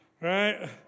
Right